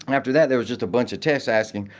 after that, there was just a bunch of texts asking,